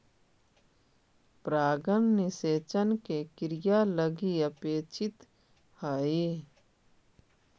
परागण निषेचन के क्रिया लगी अपेक्षित हइ